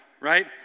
right